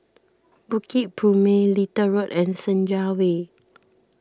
Bukit Purmei Little Road and Senja Way